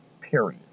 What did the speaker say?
Period